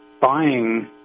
buying